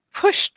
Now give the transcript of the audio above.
pushed